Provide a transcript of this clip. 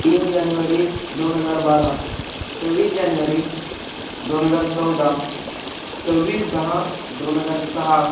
तीन जानेवारी दोन हजार बारा सव्वीस जानेवारी दोन हजार चौदा सव्वीस दहा दोन हजार सहा